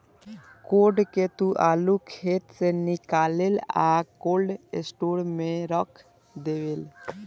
code के तू आलू खेत से निकालेलऽ आ कोल्ड स्टोर में रख डेवेलऽ